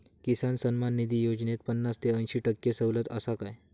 किसान सन्मान निधी योजनेत पन्नास ते अंयशी टक्के सवलत आसा काय?